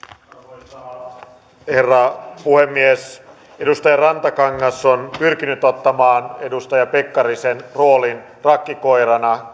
arvoisa herra puhemies edustaja rantakangas on pyrkinyt ottamaan edustaja pekkarisen roolin rakkikoirana